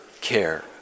care